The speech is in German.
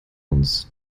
uns